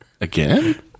Again